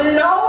no